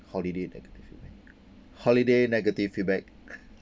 holiday negative feedback holiday negative feedback